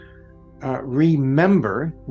remember